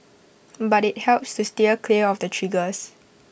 but IT helps to steer clear of the triggers